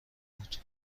بود